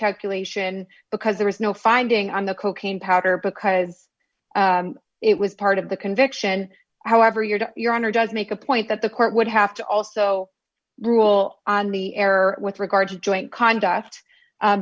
calculation because there is no finding on the cocaine powder because it was part of the conviction however your to your honor does make a point that the court would have to also rule on me error with regard to joint conduct